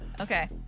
Okay